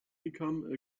become